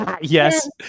Yes